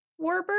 warbird